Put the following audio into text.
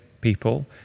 people